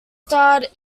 starred